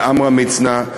עמרם מצנע,